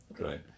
Right